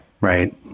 right